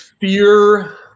fear